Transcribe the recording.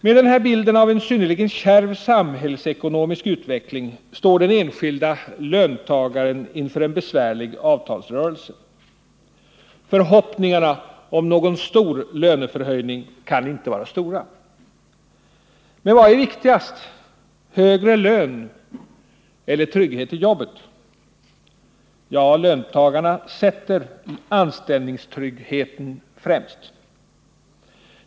Med den här bilden av en synnerligen kärv samhällsekonomisk utveckling står den enskilda löntagaren inför en besvärlig avtalsrörelse. Förhoppningarna om någon stor löneförhöjning kan inte vara stora. Men vad är viktigast: högre lön eller trygghet i jobbet? Ja, löntagarna sätter anställningstryggheten främst.